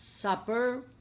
Supper